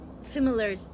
similar